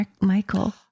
Michael